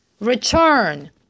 Return